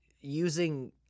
using